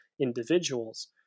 individuals